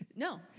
No